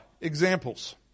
examples